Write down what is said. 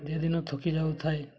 ଯେଦିନ ଥକି ଯାଉଥାଏ